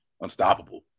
unstoppable